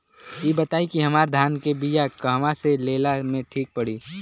इ बताईं की हमरा धान के बिया कहवा से लेला मे ठीक पड़ी?